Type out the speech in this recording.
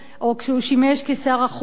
או כשהוא שימש כשר החוץ,